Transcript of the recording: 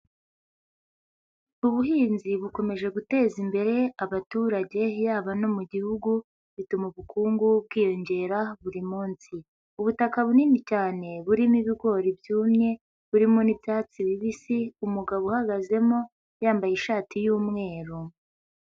Ubuhinzi bukomeje guteza imbere abaturage, yaba no mu gihugu bituma ubukungu bwiyongera buri munsi. Ubutaka bunini cyane burimo ibigori byumye, burimo n'ibyatsi bibisi, umugabo uhagazemo yambaye ishati y'umweru.